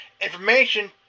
information